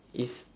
it's